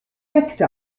sekte